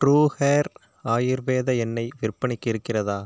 true Hair ஆயுர்வேத எண்ணெய் விற்பனைக்கு இருக்கிறதா